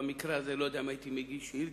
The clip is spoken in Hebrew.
במקרה הזה אני לא יודע אם הייתי מגיש שאילתא,